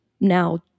now